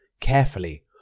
Carefully